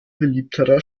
beliebterer